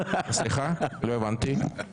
סליחה, לא הבנתי.